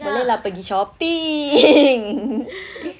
boleh lah pergi shopping